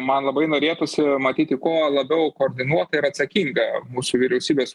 man labai norėtųsi matyti ko labiau koordinuotą ir atsakingą mūsų vyriausybės